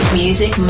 music